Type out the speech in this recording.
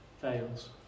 fails